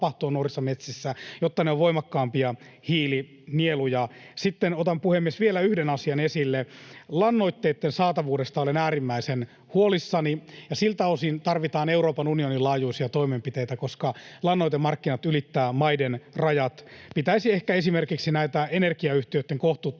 tapahtua nuorissa metsissä, jotta ne ovat voimakkaampia hiilinieluja. Sitten otan, puhemies, vielä yhden asian esille. Lannoitteitten saatavuudesta olen äärimmäisen huolissani, ja siltä osin tarvitaan Euroopan unionin laajuisia toimenpiteitä, koska lannoitemarkkinat ylittävät maiden rajat. Pitäisi ehkä esimerkiksi näitä energiayhtiöitten kohtuuttomien